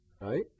right